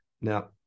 now